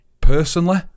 personally